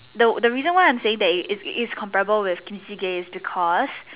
the reason why I'm saying that it's comparable with is because